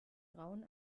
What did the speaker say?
grauen